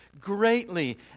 greatly